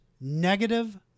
negative